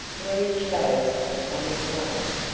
where he chose a sunny place,